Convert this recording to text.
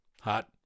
Hot